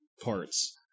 parts